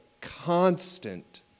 constant